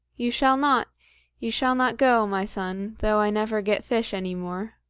you shall not you shall not go, my son, though i never get fish any more.